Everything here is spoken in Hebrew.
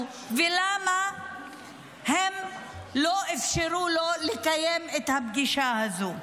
ולמה הם לא אפשרו לו לקיים את הפגישה הזו.